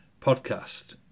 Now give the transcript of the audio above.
podcast